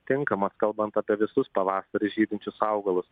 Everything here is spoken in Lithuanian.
tinkamas kalbant apie visus pavasarį žydinčius augalus